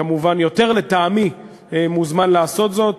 כמובן יותר לטעמי, מוזמן לעשות זאת.